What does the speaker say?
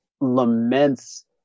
laments